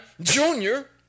Junior